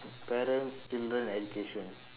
better student education